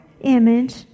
image